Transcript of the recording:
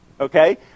Okay